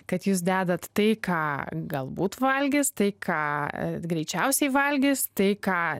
kad jūs dedat tai ką galbūt valgys tai ką greičiausiai valgys tai ką